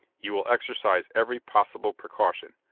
you will exercise every possible precaution.